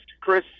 Chris